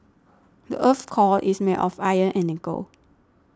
the earth's core is made of iron and nickel